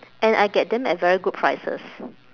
and I get them at very good prices